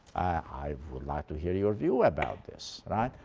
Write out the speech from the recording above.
i would like to hear your view about this. right?